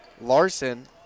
Larson